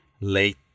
late